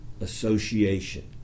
association